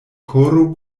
koro